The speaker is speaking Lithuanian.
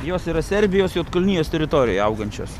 jos yra serbijos juodkalnijos teritorijoj augančios